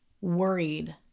worried